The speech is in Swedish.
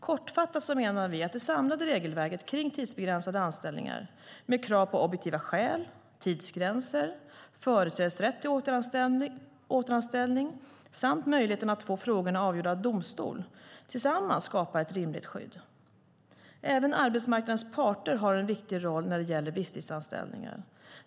Kortfattat menar vi att det samlade regelverket kring tidsbegränsade anställningar, med krav på objektiva skäl, tidsgränser, företrädesrätt till återanställning samt möjligheten att få frågorna avgjorda av domstol, skapar ett rimligt skydd. Även arbetsmarknadens parter har en viktig roll när det gäller visstidsanställningar.